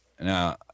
now